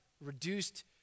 reduced